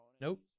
Nope